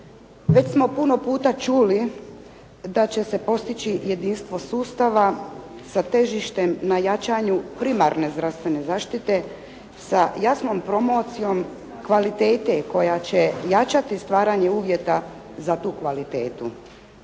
Već smo puno puta čuli da će se postići jedinstvo sustava sa težištem na jačanju primarne zdravstvene zaštite sa jasnom promocijom kvalitete koja će jačati stvaranje uvjeta za tu kvalitetu.